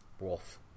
Wolf